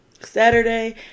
Saturday